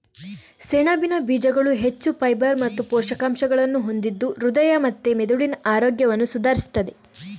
ಸೆಣಬಿನ ಬೀಜಗಳು ಹೆಚ್ಚು ಫೈಬರ್ ಮತ್ತು ಪೋಷಕಾಂಶಗಳನ್ನ ಹೊಂದಿದ್ದು ಹೃದಯ ಮತ್ತೆ ಮೆದುಳಿನ ಆರೋಗ್ಯವನ್ನ ಸುಧಾರಿಸ್ತದೆ